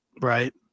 Right